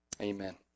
Amen